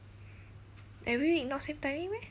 every week not same timing meh